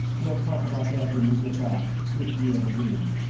we'll talk about that when we get back if we ever do.